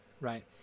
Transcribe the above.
right